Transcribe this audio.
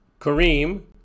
Kareem